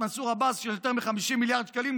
מנסור עבאס של יותר מ-50 מיליארד שקלים,